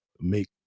make